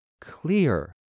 clear